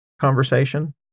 conversation